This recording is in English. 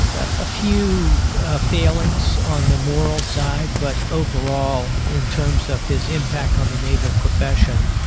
and a few failings on the moral side, but overall, in terms of his impact on the naval profession,